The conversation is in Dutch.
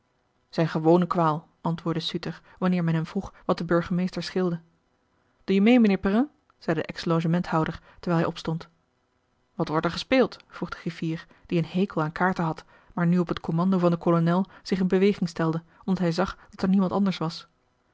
zijn gewone kwaal antwoordde suter wanneer men hem vroeg wat den burgemeester scheelde doe je mee mijnheer perrin zeide de ex logementhouder terwijl hij opstond wat wordt er gespeeld vroeg de griffier die een hekel aan kaarten had maar nu op het commando van den kolonel zich in beweging stelde omdat hij zag dat er niemand anders was